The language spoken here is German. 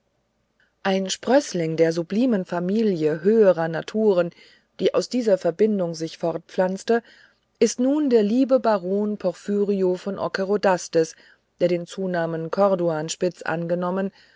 ein sprößling der sublimen familie höherer naturen die aus dieser verbindung sich fortpflanzte ist nun der liebe baron porphyrio von ockerodastes der den zunamen corduanspitz angenommen